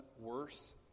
worse